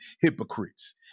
hypocrites